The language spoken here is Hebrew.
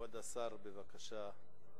כבוד השר, בבקשה.